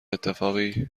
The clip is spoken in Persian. اتفاقی